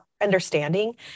understanding